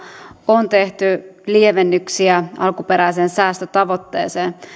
on tehty lievennyksiä alkuperäiseen säästötavoitteeseen